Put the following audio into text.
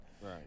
right